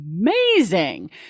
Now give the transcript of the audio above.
amazing